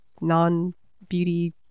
non-beauty